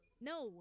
no